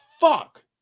fuck